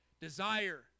desire